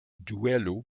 duelo